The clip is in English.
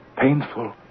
painful